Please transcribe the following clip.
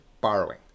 borrowing